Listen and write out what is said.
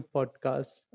Podcast